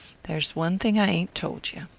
there's one thing i ain't told you.